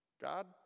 God